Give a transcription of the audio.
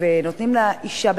נותנים לאשה,